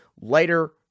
later